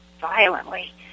violently